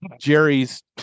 Jerry's